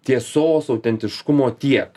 tiesos autentiškumo tiek